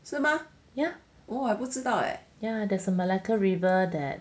ya there's a malacca river that